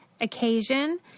occasion